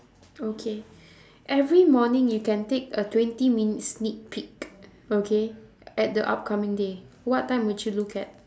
okay every morning you can take a twenty-minute sneak peek okay at the upcoming day what time would you look at